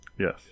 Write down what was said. Yes